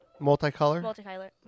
multicolor